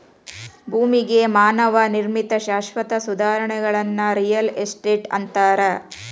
ಭೂಮಿಗೆ ಮಾನವ ನಿರ್ಮಿತ ಶಾಶ್ವತ ಸುಧಾರಣೆಗಳನ್ನ ರಿಯಲ್ ಎಸ್ಟೇಟ್ ಅಂತಾರ